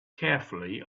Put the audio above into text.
carefully